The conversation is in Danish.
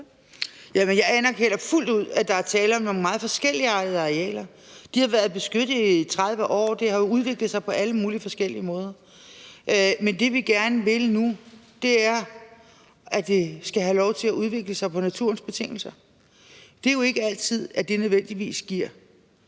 Jeg anerkender fuldt ud, at der er tale om nogle meget forskelligartede arealer. De har været beskyttet i 30 år. Det har udviklet sig på alle mulige forskellige måder. Men det, vi gerne vil nu, er, at det skal have lov til at udvikle sig på naturens betingelser. Det er jo ikke altid, at det nødvendigvis giver